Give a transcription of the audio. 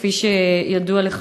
כפי שידוע לך,